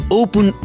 open